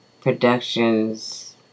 Productions